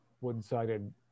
wood-sided